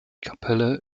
kapelle